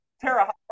Tara